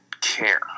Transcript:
care